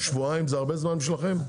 שבועיים זה הרבה זמן בשבילכם?